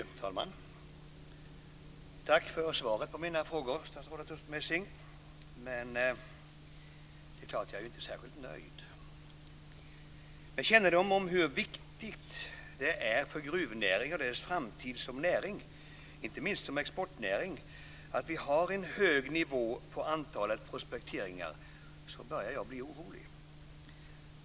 Fru talman! Tack för svaret på mina frågor, statsrådet Messing. Men jag är naturligtvis inte särskilt nöjd. Med kännedom om hur viktigt det är för gruvnäringen och dess framtid som näring, inte minst som exportnäring, att vi har en hög nivå på antalet prospekteringar börjar jag bli orolig.